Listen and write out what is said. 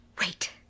Wait